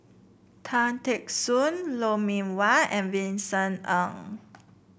Tan Teck Soon Lou Mee Wah and Vincent Ng